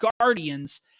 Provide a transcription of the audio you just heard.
Guardians